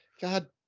God